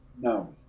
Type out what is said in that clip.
No